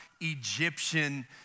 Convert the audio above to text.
Egyptian